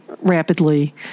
rapidly